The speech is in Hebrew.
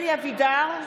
אלי אבידר,